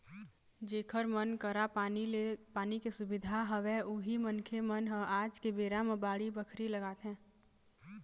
जेखर मन करा पानी के सुबिधा हवय उही मनखे मन ह आज के बेरा म बाड़ी बखरी लगाथे